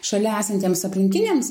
šalia esantiems aplinkiniams